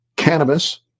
cannabis